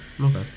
Okay